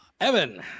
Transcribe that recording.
Evan